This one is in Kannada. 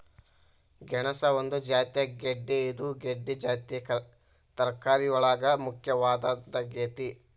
ಗೆಣಸ ಒಂದು ಜಾತಿಯ ಗೆಡ್ದೆ ಇದು ಗೆಡ್ದೆ ಜಾತಿಯ ತರಕಾರಿಯೊಳಗ ಮುಖ್ಯವಾದದ್ದಾಗೇತಿ